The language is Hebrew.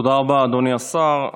תודה רבה, אדוני השר.